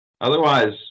Otherwise